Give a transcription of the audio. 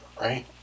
right